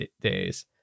days